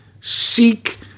Seek